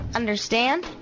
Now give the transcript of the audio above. understand